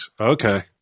Okay